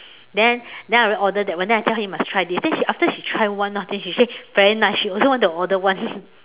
then then I went order that one then I tell him must try this then she after she try one she also want to order one